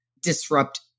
disrupt